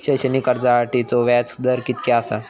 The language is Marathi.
शैक्षणिक कर्जासाठीचो व्याज दर कितक्या आसा?